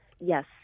Yes